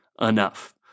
enough